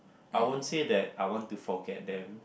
I won't say that I want to forget them